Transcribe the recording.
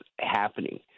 happening